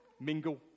mingle